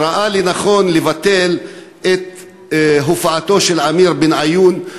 שראה לנכון לבטל את הופעתו של עמיר בניון.